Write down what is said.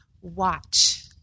watch